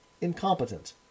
incompetent